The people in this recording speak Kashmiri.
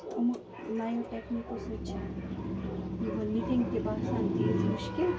یِمو نَیو ٹٮ۪کنیٖکو سۭتۍ چھِ نِٹِنٛگ تہِ باسان تیٖژ مُشکِل